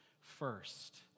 first